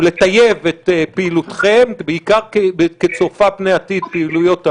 לטייב את פעילותכם בעיקר כצופה פני עתיד פעילויות המנע?